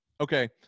okay